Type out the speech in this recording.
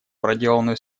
проделанную